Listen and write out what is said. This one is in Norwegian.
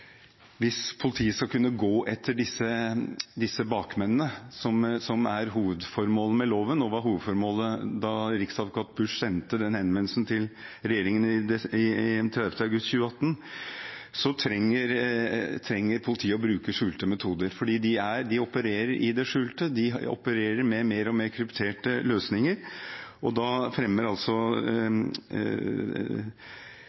hvis politiet skal kunne gå etter bakmennene, som er hovedformålet med loven, og som var hovedformålet da riksadvokat Tor-Aksel Busch sendte henvendelsen til regjeringen 31. august 2018, trenger politiet å bruke skjulte metoder. De opererer i det skjulte, de opererer mer og mer med krypterte løsninger, og da fremmer